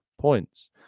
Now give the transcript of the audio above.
points